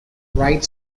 wright